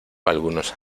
algunos